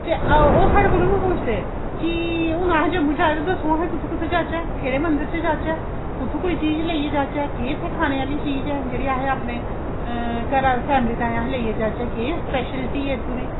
ओह् साढ़े कोलूं बी पुछदे कि हू अहें जम्मू च अस कुत्थै कुत्थै जाह्चै उत्थूं कोई चीज लेइयै जाह्चै केह् इत्थै खानें आह्ली चीज ऐ केह् अस अपने घरा फैमिली ताईं लेइयै जाह्चै केह् स्पैशलिटी ऐ इत्थूं दी